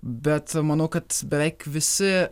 bet manau kad beveik visi